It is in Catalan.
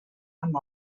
amb